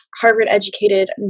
Harvard-educated